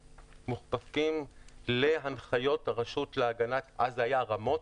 מוכפפים להנחיות הרשות להגנת -- -אז זה היה רמות,